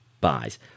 buys